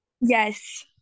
Yes